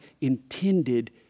intended